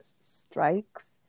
strikes